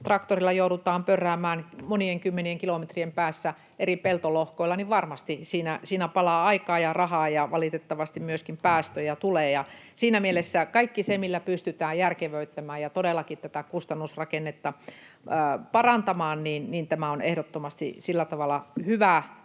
traktorilla joudutaan pörräämään monien kymmenien kilometrien päässä eri peltolohkoilla, niin varmasti siinä palaa aikaa ja rahaa ja valitettavasti myöskin päästöjä tulee. Siinä mielessä kaikki se, millä pystytään järkevöittämään ja todellakin tätä kustannusrakennetta parantamaan... Tämä on ehdottomasti sillä tavalla hyvä